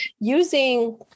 using